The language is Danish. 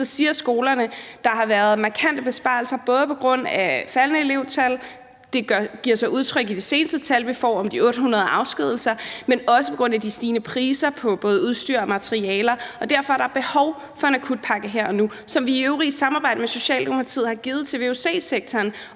siger skolerne, at der har været markante besparelser, både på grund af faldende elevtal – det giver sig udtryk i de seneste tal, vi har fået, med de 800 afskedigelser – men også på grund af de stigende priser på både udstyr og materialer. Derfor er der behov for en akutpakke her og nu, ligesom vi, i øvrigt i samarbejde med Socialdemokratiet, har givet til vuc-sektoren